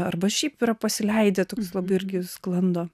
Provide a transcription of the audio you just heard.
arba šiaip yra pasileidę toks labai irgi sklando